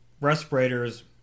respirators